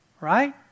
Right